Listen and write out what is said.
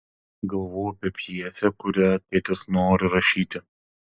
galvojau apie pjesę kurią tėtis nori rašyti